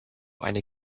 eine